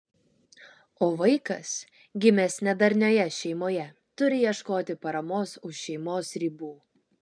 o vaikas gimęs nedarnioje šeimoje turi ieškoti paramos už šeimos ribų